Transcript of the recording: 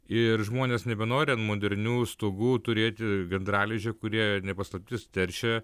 ir žmonės nebenori ant modernių stogų turėti gandralizdžio kurie ne paslaptis teršia